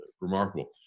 remarkable